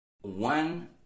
one